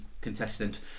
contestant